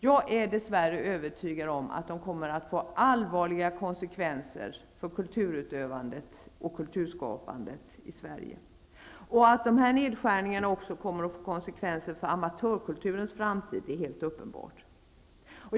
Jag är dess värre övertygad om att detta kommer att få allvarliga konsekvenser för kulturutövandet och kulturskapandet i Sverige. Att dessa nedskärningar också kommer att få konsekvenser för amatörkulturens framtid är helt uppenbart.